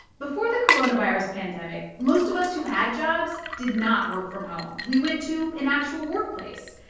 before the coronavirus pandemic, most of us who had jobs did not work from home. we went to an actual workplace.